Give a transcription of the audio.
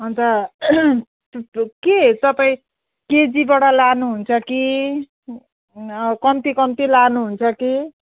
अन्त तु तु के तपाईँ केजीबाट लानुहुन्छ कि ऊ अँ कम्ती कम्ती लानुहुन्छ कि